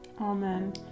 Amen